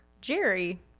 Jerry